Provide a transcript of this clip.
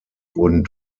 wurden